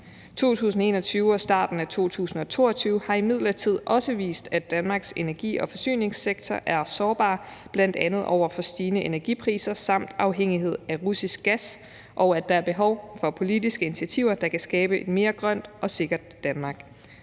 2021 og starten af 2022 har imidlertid også vist, at Danmarks energi- og forsyningssektor er sårbar bl.a. over for stigende energipriser og afhængighed af russisk gas, og at der er behov for politiske initiativer, der kan skabe et mere grønt og sikkert Danmark.